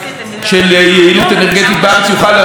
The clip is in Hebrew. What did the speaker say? וזה כמובן תהליך שעולה כסף ולוקח שבועות,